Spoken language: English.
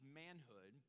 manhood